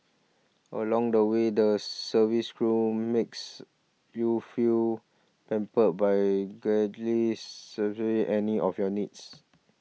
along the way the service crew makes you feel pampered by gladly surgery any of your needs